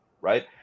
right